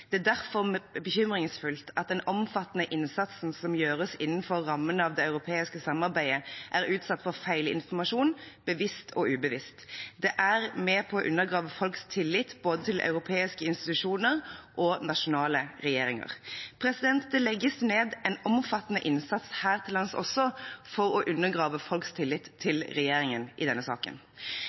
den omfattende innsatsen som gjøres innenfor rammen av det europeiske samarbeidet, er utsatt for feilinformasjon – både bevisst og ubevisst. Det er med på å undergrave folks tillit både til europeiske institusjoner og nasjonale regjeringer.» Det legges ned en omfattende innsats også her til lands for å undergrave folks tillit til regjeringen i denne saken.